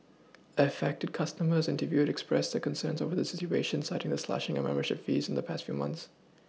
affected customers interviewed expressed their concern over the situation citing the slashing of membership fees in the past few months